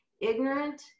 ignorant